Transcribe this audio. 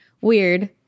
weird